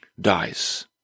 dies